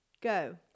Go